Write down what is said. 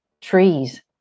trees